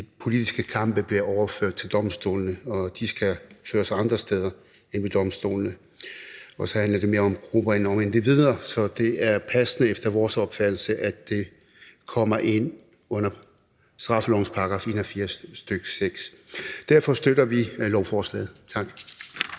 de politiske kampe bliver overført til domstolene, og de skal føres andre steder end ved domstolene, og så handler det mere om grupper end om individer, så det er passende efter vores opfattelse, at det kommer ind under straffelovens § 81, nr. 6. Derfor støtter vi lovforslaget. Tak.